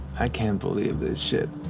i can't believe this shit.